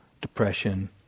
depression